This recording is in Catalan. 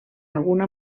alguna